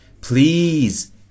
please